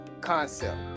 concept